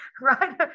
right